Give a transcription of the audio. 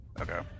Okay